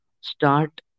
start